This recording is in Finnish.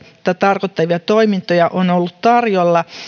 tarkoittavia toimintoja on ollut tarjolla